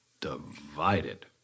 Divided